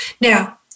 Now